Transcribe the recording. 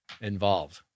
involved